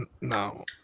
No